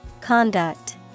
Conduct